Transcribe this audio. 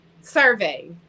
survey